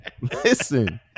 listen